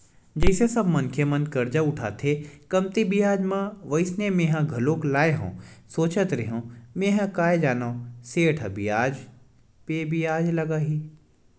जइसे सब मनखे मन करजा उठाथे कमती बियाज म वइसने मेंहा घलोक लाय हव सोचत रेहेव मेंहा काय जानव सेठ ह बियाज पे बियाज लगाही